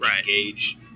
engage